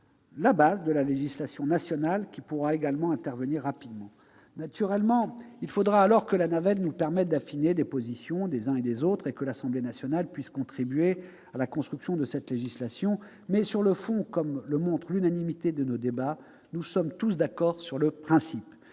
la base d'une législation nationale, susceptible d'être mise en oeuvre rapidement. Naturellement, il faudra alors que la navette nous permette d'affiner les positions des uns et des autres et que l'Assemblée nationale puisse contribuer à la construction de cette législation, mais, sur le fond, comme le montrent tous nos débats, nous sommes tous d'accord sur le principe.